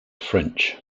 french